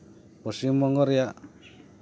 ᱯᱚᱥᱪᱤᱢᱵᱚᱝᱜᱚ ᱨᱮᱭᱟᱜ